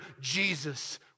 Jesus